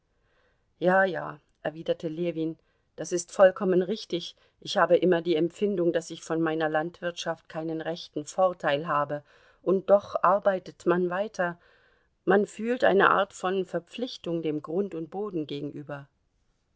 ja ja erwiderte ljewin das ist vollkommen richtig ich habe immer die empfindung daß ich von meiner landwirtschaft keinen rechten vorteil habe und doch arbeitet man weiter man fühlt eine art von verpflichtung dem grund und boden gegenüber